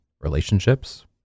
relationships